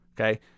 Okay